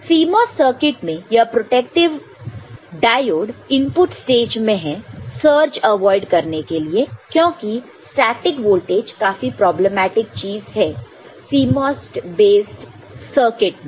CMOS circuit में यह protective diode input stage में है सर्ज अवॉइड करने के लिए क्योंकि स्टैटिक वोल्टेज काफी प्रॉब्लमैटिक चीज है CMOS बेस्ड सर्किटbased circui में